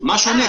מה שונה?